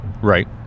Right